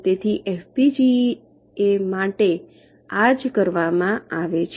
તેથી એફપીજીએ માટે આ જ કરવામાં આવે છે